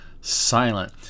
silent